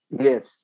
Yes